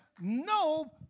no